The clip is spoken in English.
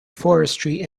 forestry